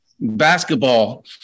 basketball